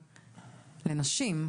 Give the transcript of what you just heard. לנשים?